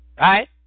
right